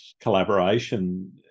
collaboration